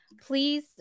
please